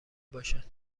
باشد